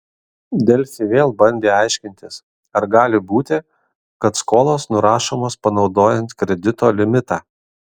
delfi vėl bandė aiškintis ar gali būti kad skolos nurašomos panaudojant kredito limitą